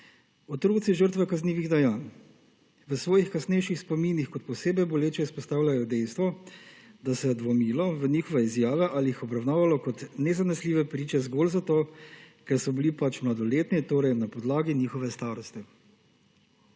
Otroci žrtve kaznivih dejanj v svojih kasnejših spominih kot posebej boleče izpostavljajo dejstvo, da se je dvomilo v njihove izjave ali jih obravnavalo kot nezanesljive priče zgolj zato, ker so bili mladoletni, torej na podlagi njihove starosti.